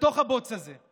בתוך הבוץ הזה.